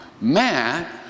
Matt